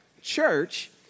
Church